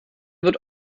wird